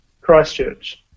Christchurch